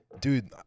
dude